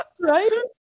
right